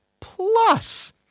plus